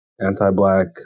anti-black